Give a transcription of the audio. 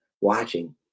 watching